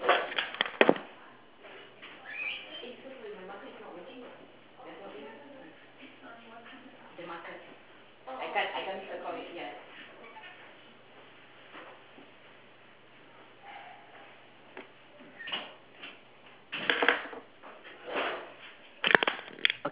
o~